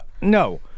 no